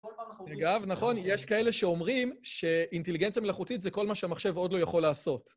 אגב, נכון, יש כאלה שאומרים שאינטליגנציה מלאכותית זה כל מה שהמחשב עוד לא יכול לעשות.